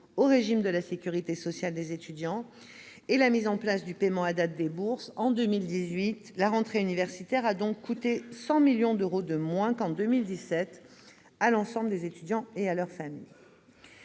au régime de la sécurité sociale des étudiants et par la mise en place du paiement à date des bourses. En 2018, la rentrée universitaire a donc coûté 100 millions d'euros de moins qu'en 2017 à l'ensemble des étudiants et à leurs familles.